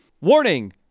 Warning